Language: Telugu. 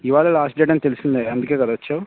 ఇవాళ లాస్ట్ డేట్ అని తెలిసిందే అందుకేగదా వచ్చావు